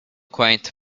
quaint